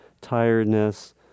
tiredness